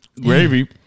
gravy